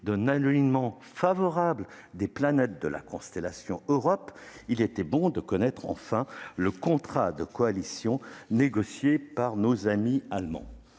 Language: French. d'un alignement favorable des planètes, au sein de la « constellation Europe », il était bon d'avoir connaissance du contrat de coalition négocié par nos amis allemands.